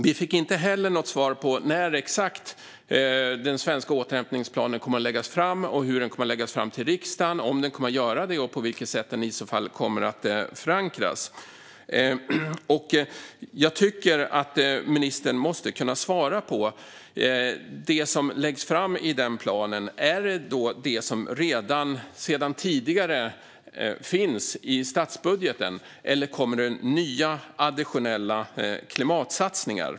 Vi fick inte heller något svar på när exakt den svenska återhämtningsplanen kommer att läggas fram, hur den kommer att läggas fram för riksdagen, om den kommer att läggas fram och på vilket sätt den kommer att förankras. Jag tycker att ministern måste svara på om det som läggs fram i planen är det som redan sedan tidigare finns i statsbudgeten eller om det kommer nya additionella klimatsatsningar.